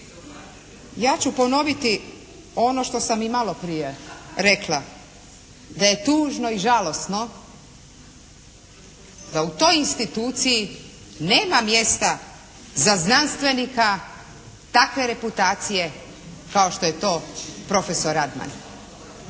ja ću ponoviti ono što sam i maloprije rekla da je tužno i žalosno da u toj instituciji nema mjesta za znanstvenika takve reputacije kao što je to profesor Radman.